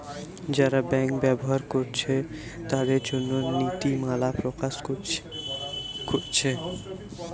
যারা ব্যাংক ব্যবহার কোরছে তাদের জন্যে নীতিমালা প্রকাশ কোরছে